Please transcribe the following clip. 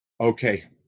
Okay